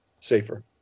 safer